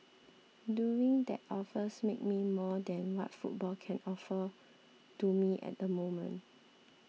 doing that offers make me more than what football can offer to me at the moment